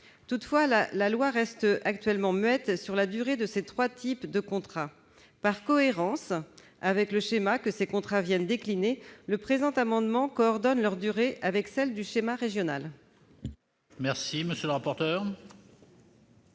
Toutefois, la loi reste actuellement muette sur la durée de ces trois types de contrats. Par cohérence avec le schéma que ces contrats viennent décliner, cet amendement vise à coordonner leur durée avec celle du schéma régional. Quel est l'avis de